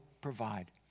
provide